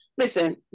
Listen